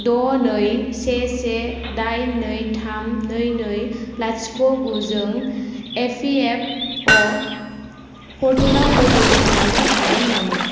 द' नै से से दाइन नै थाम नै नै लाथिख' गु जों इ पि एफ अ पर्टेलाव लग इन खालामनो हागोन नामा